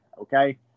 Okay